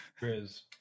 Grizz